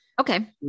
Okay